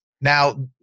Now